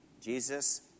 Jesus